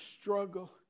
struggle